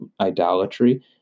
idolatry